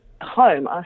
home